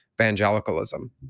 evangelicalism